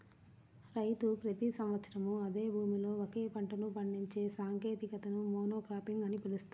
రైతు ప్రతి సంవత్సరం అదే భూమిలో ఒకే పంటను పండించే సాంకేతికతని మోనోక్రాపింగ్ అని పిలుస్తారు